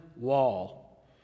Wall